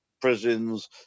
prisons